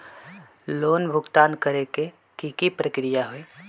Loan भुगतान करे के की की प्रक्रिया होई?